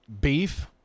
beef